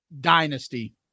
Dynasty